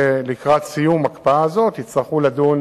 לקראת סיום ההקפאה הזאת יצטרכו לדון